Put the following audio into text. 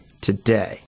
today